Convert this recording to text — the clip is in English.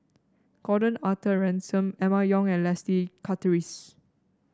Gordon Arthur Ransome Emma Yong and Leslie Charteris